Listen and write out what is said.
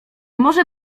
może